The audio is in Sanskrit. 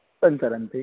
सञ्चरन्ति